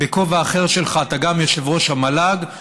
בכובע אחר שלך, גם יושב-ראש המל"ג.